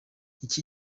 iki